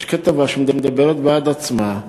יש כתבה שמדברת בעד עצמה.